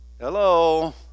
Hello